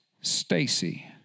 Stacy